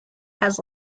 has